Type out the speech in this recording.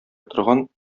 торган